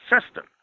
system